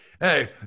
Hey